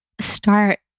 start